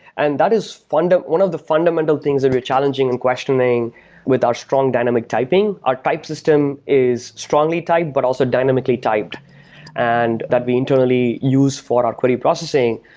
and that is and one of the fundamental things that we're challenging and questioning with our strong dynamic typing. our type system is strongly typed, but also dynamically typed and that we internally use for our query processing,